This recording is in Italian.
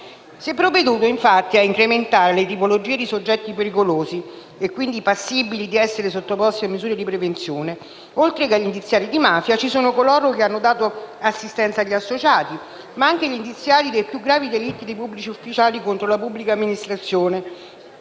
Si è provveduto infatti a incrementare le tipologie di soggetti pericolosi e quindi passibili di essere sottoposti a misure di prevenzione: oltre agli indiziati di mafia, ci sono coloro che hanno dato assistenza agli associati, ma anche gli indiziati dei più gravi delitti dei pubblici ufficiali contro la pubblica amministrazione,